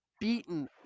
beaten